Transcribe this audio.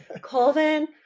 colvin